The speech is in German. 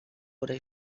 oder